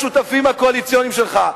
השותפים הקואליציוניים שלך.